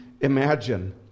imagine